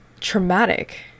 traumatic